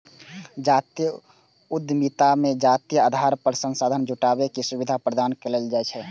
जातीय उद्यमिता मे जातीय आधार पर संसाधन जुटाबै के सुविधा प्रदान कैल जाइ छै